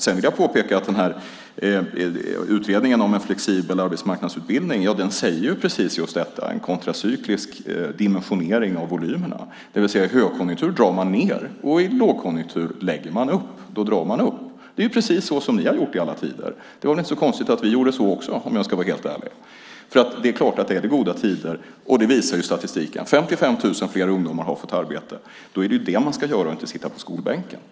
Sedan vill jag påpeka att utredningen om en flexibel arbetsmarknadsutbildning talar om precis detta, en kontracyklisk dimensionering av volymerna, det vill säga i högkonjunktur drar man ned och i lågkonjunktur drar man upp. Det är precis så som ni har gjort i alla tider. Det var väl inte så konstigt att också vi gjorde så, om jag ska vara helt ärlig. Är det goda tider - och det visar ju statistiken med att 55 000 fler ungdomar har fått arbete - är det klart att det är det man ska göra och inte sitta på skolbänken.